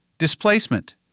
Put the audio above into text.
Displacement